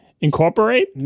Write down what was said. Incorporate